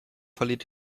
verliert